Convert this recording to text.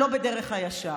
שלא בדרך הישר.